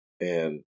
and-